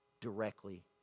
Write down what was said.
Directly